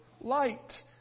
light